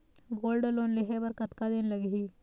Gold loan लेहे बर कतका दिन लगही?